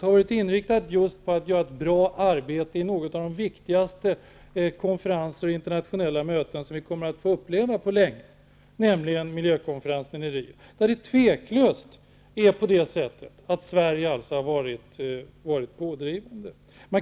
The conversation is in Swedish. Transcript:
har varit inriktat just på att göra ett bra arbete vid en av de viktigaste konferenser och internationella möten som vi kommer att få uppleva på länge, nämligen miljökonferensen i Rio. Sverige har tveklöst varit pådrivande där.